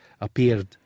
appeared